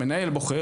המנהל בוחר,